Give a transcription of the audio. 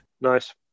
Nice